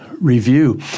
review